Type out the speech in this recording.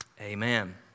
Amen